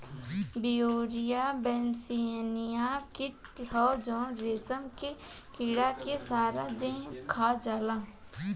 Beauveria bassiana कीट ह जवन रेशम के कीड़ा के सारा देह खा जाला